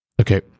Okay